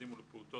בוקר